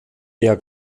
der